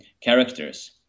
characters